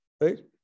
right